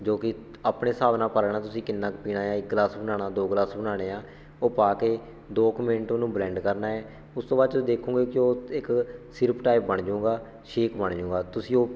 ਜੋ ਕਿ ਆਪਣੇ ਹਿਸਾਬ ਨਾਲ ਪਾ ਲੈਣਾ ਤੁਸੀਂ ਕਿੰਨਾ ਕੁ ਪੀਣਾ ਇੱਕ ਗਲਾਸ ਬਣਾਉਣਾ ਦੋ ਗਲਾਸ ਬਣਾਉਣੇ ਆ ਉਹ ਪਾ ਕੇ ਦੋ ਕੁ ਮਿੰਟ ਉਹਨੂੰ ਬਲੈਂਡ ਕਰਨਾ ਹੈ ਉਸ ਤੋਂ ਬਾਅਦ ਤੁਸੀਂ ਦੇਖੋਗੇ ਕਿ ਉਹ ਇੱਕ ਸਿਰਪ ਟਾਈਪ ਬਣ ਜੂੰਗਾ ਸ਼ੇਕ ਬਣ ਜੂੰਗਾ ਤੁਸੀਂ ਉਹ